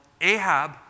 Ahab